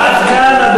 עד כאן.